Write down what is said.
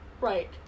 Right